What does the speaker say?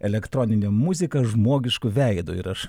elektroninė muzika žmogišku veidu ir aš